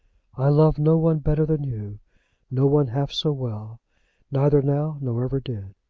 i love no one better than you no one half so well neither now, nor ever did.